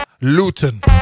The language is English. Luton